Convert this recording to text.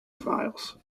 files